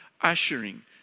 ushering